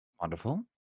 Wonderful